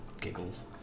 giggles